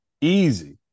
Easy